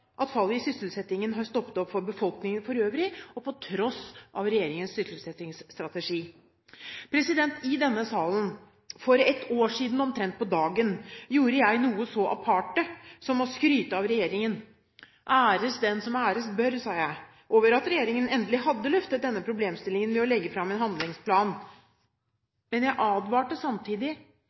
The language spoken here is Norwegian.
at fallet i sysselsettingen har stoppet opp for befolkningen for øvrig og på tross av regjeringens sysselsettingsstrategi. I denne salen for ett år siden – omtrent på dagen – gjorde jeg noe så aparte som å skryte av regjeringen. Æres den som æres bør, sa jeg, fordi regjeringen endelig hadde løftet denne problemstillingen ved å legge fram en handlingsplan, men jeg advarte samtidig